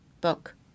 Book